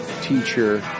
teacher